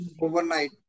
overnight